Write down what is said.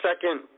second